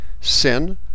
Sin